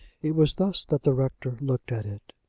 it was thus that the rector looked at it.